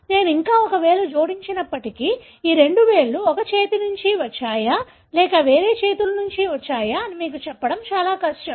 నేను ఇంకా ఒక వేలు జోడించినప్పటికీ ఈ రెండు వేళ్లు ఒకే చేతి నుంచి వచ్చాయా లేక వేరే చేతుల నుంచి వచ్చాయా అని మీకు చెప్పడం చాలా కష్టం